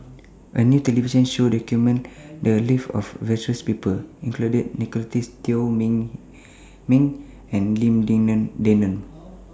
A New television Show documented The Lives of various People including Nicolette's Teo Min Min and Lim Denan Denon